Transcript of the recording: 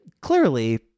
clearly